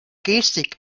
gestik